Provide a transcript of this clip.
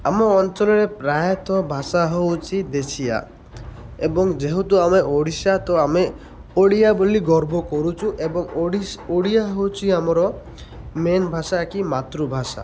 ଆମ ଅଞ୍ଚଳରେ ପ୍ରାୟତଃ ଭାଷା ହେଉଛି ଦେଶୀଆ ଏବଂ ଯେହେତୁ ଆମେ ଓଡ଼ିଶା ତ ଆମେ ଓଡ଼ିଆ ବୋଲି ଗର୍ବ କରୁଛୁ ଏବଂ ଓ ଓଡ଼ିଆ ହେଉଛି ଆମର ମେନ୍ ଭାଷା କି ମାତୃଭାଷା